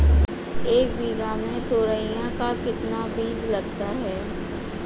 एक बीघा में तोरियां का कितना बीज लगता है?